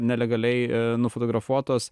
nelegaliai nufotografuotos